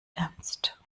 ernst